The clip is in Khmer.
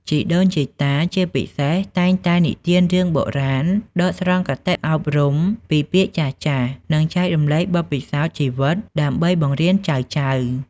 ជីដូនជីតា ជាពិសេស តែងតែនិទានរឿងបុរាណ ដកស្រង់គតិអប់រំពីពាក្យចាស់ៗ និងចែករំលែកបទពិសោធន៍ជីវិតដើម្បីបង្រៀនចៅៗ។